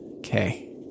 Okay